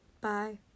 Bye